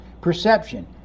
perception